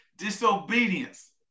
Disobedience